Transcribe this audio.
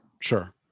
sure